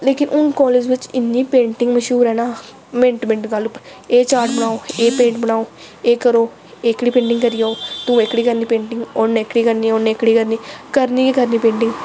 लेकिन हून कालेज़ बिच्च इन्नी पेटिंग मश्हूर ऐ न मिंट्ट मिंट्ट बाद एह् चार्ट बनाओ एह् पेंट बनाओ एह् करो एह्कड़ी पेंटिंग करी आओ तूं एह्कड़ी करनी उन्न एह्कड़ी करनी करनी गै करनी पेंटिंग